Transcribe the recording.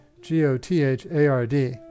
G-O-T-H-A-R-D